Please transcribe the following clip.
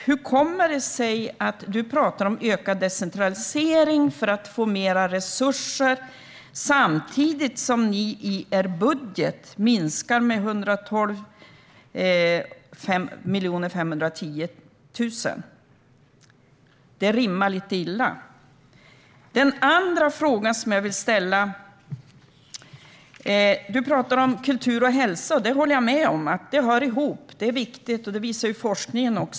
Hur kommer det sig att du pratar om ökad decentralisering för att få mer resurser samtidigt som ni i er budget minskar med 112 510 000? Det rimmar lite illa. Jag har en andra fråga som jag vill ställa. Du pratar om kultur och hälsa. Jag håller med om att det hör ihop. Det är viktigt. Det visar också forskningen.